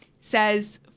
says